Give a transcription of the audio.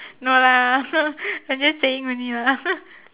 no lah I just saying only lah